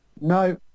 No